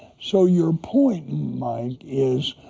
so your point, mike, is